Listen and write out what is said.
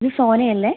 ഇത് സോനയല്ലേ